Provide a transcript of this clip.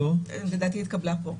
לדעתי ההחלטה התקבלה פה.